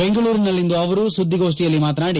ಬೆಂಗಳೂರಿನಲ್ಲಿಂದು ಅವರು ಸುದ್ದಿಗೋಷ್ಣಿಯಲ್ಲಿ ಮಾತನಾಡಿ